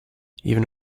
even